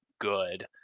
good